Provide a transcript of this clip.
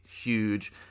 huge